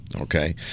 Okay